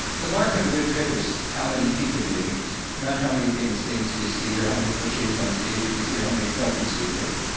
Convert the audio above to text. the mark of a good trip is how many people do you meet, not how many famous things do you see, or how many cliches on stage do you see, or how many selfies do you take.